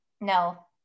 no